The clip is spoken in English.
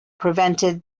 prevented